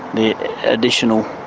the additional